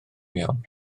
iawn